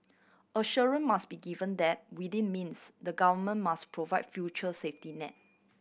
assurance must be given that within means the Government must provide future safety net